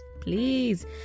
please